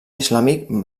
islàmic